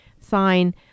sign